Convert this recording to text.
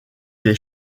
des